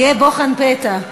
יהיה בוחן פתע.